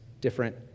different